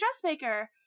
Dressmaker